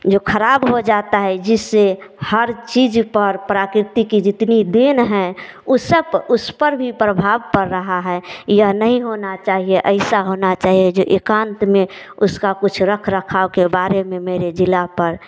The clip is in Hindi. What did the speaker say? जो खराब हो जाता है जिससे हर चीज पर प्राकृतिक की जितनी देन है ऊ सब उस पर भी प्रभाव पड़ रहा है यह नहीं होना चाहिए ऐसा होना चाहिए जो एकांत में उसका कुछ रखरखाव के बारे में मेरे जिला पर